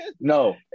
no